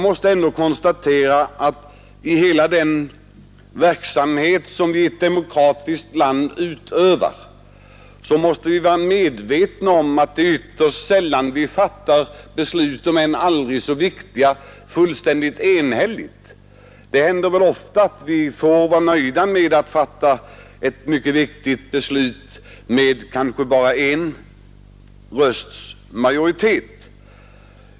I all den verksamhet som ett demokratiskt land utövar måste vi vara medvetna om att det är ytterst sällan som vi fattar enhälliga beslut i än så viktiga frågor. Det händer väl ofta att vi får fatta ett viktigt beslut kanske bara med en rösts övervikt.